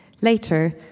Later